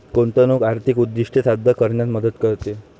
गुंतवणूक आर्थिक उद्दिष्टे साध्य करण्यात मदत करते